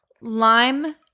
lime